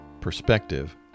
perspective